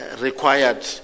required